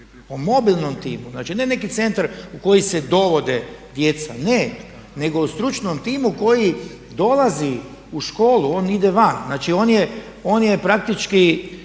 o mobilnom timu. Znači, ne neki centar u koji se dovode djeca, ne. Nego o stručnom timu koji dolazi u školu, on ide van. Znači on je praktički